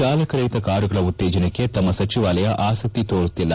ಚಾಲಕರಹಿತ ಕಾರುಗಳ ಉತ್ತೇಜನಕ್ಕೆ ತಮ್ಮ ಸಚಿವಾಲಯ ಆಸಕ್ತಿ ತೋರುವುದಿಲ್ಲ